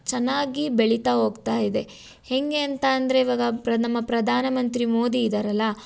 ಚೆನ್ನಾಗಿ ಬೆಳೀತಾ ಹೋಗ್ತಾಯಿದೆ ಹೇಗೆ ಅಂತಂದರೆ ಇವಾಗ ಪ್ರ ನಮ್ಮ ಪ್ರಧಾನಮಂತ್ರಿ ಮೋದಿ ಇದಾರಲ್ಲಾ